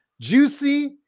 juicy